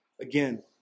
Again